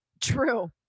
True